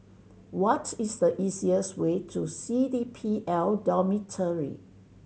what is the easiest way to C D P L Dormitory